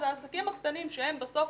אז העסקים הקטנים שהם בסוף